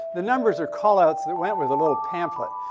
the numbers are call-outs that went with a little pamphlet.